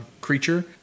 creature